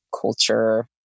culture